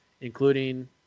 including